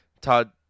Todd